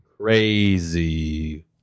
Crazy